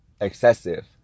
excessive